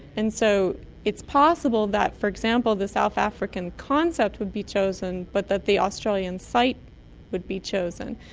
and so it's possible that, for example, the south african concept would be chosen but that the australian site would be chosen.